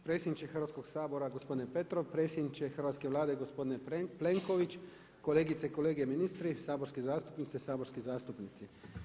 Predsjedniče Hrvatskoga sabora, gospodine Petrov, predsjedniče hrvatske Vlade gospodine Plenković, kolegice i kolege ministri, saborske zastupnice i saborski zastupnici.